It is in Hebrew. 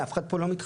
אף אחד פה לא מתחמק.